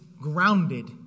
grounded